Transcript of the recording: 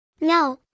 No